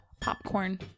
popcorn